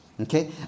Okay